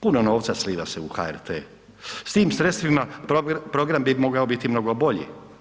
Puno novca sliva se u HRT, s tim sredstvima program bi mogao biti mnogo bolji.